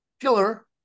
killer